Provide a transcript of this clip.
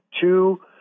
two